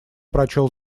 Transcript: прочел